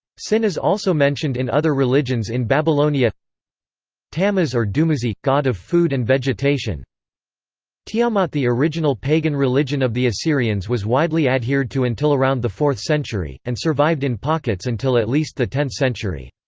sin is also mentioned in other religions in babylonia tammuz or dumuzi god of food and vegetation tiamatthe original pagan religion of the assyrians was widely adhered to until around the fourth century, and survived in pockets until at least the tenth century.